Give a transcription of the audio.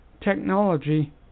technology